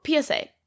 PSA